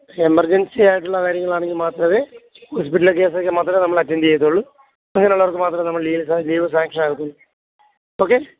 emergency ആയിട്ടുള്ള കാര്യങ്ങളാണെങ്കിൽ മാത്രവേ ഹോസ്പിറ്റല് കേസൊക്കെ മാത്രവേ നമ്മളറ്റൻഡെയ്യത്തുള്ളൂ അങ്ങനുള്ളവർക്ക് മാത്രവേ നമ്മള് ലീവ് ലീവ് സാങ്ക്ഷനാകത്തുള്ളൂ ഓക്കേ